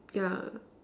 yeah